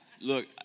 Look